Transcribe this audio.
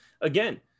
again